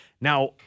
Now